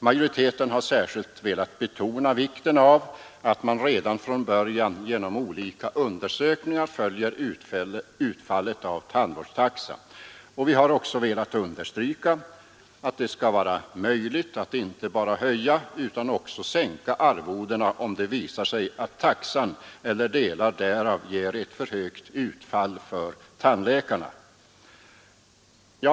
Majoriteten har särskilt velat betona vikten av att man redan från början genom olika undersökningar följer utfallet av tandvårdstaxan. Och vi har också velat understryka att det skall vara möjligt att inte bara höja utan också sänka arvodena om det visar sig att taxan eller delar därav ger ett för högt utfall för tandläkarna.